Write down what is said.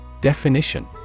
Definition